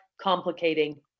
complicating